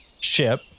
ship